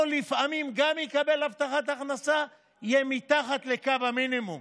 או לפעמים גם אם יקבל הבטחת הכנסה ויהיה מתחת לקו המינימום,